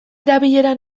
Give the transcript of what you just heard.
erabilera